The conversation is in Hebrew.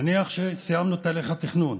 נניח שסיימנו את תהליך התכנון.